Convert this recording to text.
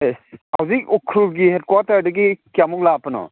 ꯑꯦ ꯍꯧꯖꯤꯛ ꯎꯈ꯭ꯔꯨꯜꯒꯤ ꯍꯦꯠꯀ꯭ꯋꯥꯇꯔꯗꯒꯤ ꯀꯌꯥꯃꯨꯛ ꯂꯥꯞꯄꯅꯣ